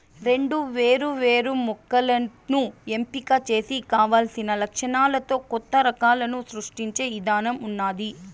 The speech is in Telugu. రెండు వేరు వేరు మొక్కలను ఎంపిక చేసి కావలసిన లక్షణాలతో కొత్త రకాలను సృష్టించే ఇధానం ఉన్నాది